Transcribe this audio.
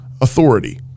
authority